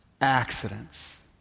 accidents